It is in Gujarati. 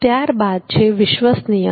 ત્યારબાદ છે વિશ્વસનીયતા